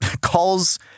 calls